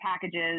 packages